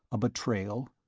a betrayal?